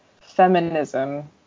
feminism